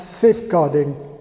safeguarding